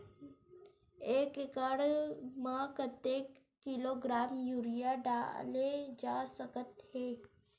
एक एकड़ म कतेक किलोग्राम यूरिया डाले जा सकत हे?